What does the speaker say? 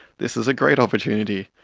this is a great opportunity,